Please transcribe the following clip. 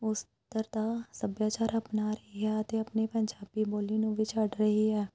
ਉਸ ਤਰਤਾ ਸੱਭਿਆਚਾਰ ਅਪਣਾ ਰਹੀ ਹੈ ਅਤੇ ਆਪਣੀ ਪੰਜਾਬੀ ਬੋਲੀ ਨੂੰ ਵੀ ਛੱਡ ਰਹੀ ਹੈ